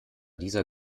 dieser